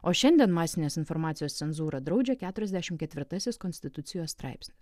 o šiandien masinės informacijos cenzūrą draudžia keturiasdešimt ketvirtasis konstitucijos straipsnį